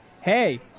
hey